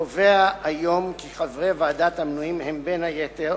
קובע היום כי חברי ועדת המינויים הם בין היתר